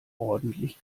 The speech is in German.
ordentlich